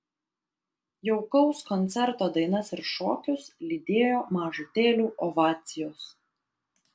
jaukaus koncerto dainas ir šokius lydėjo mažutėlių ovacijos